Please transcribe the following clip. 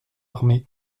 armée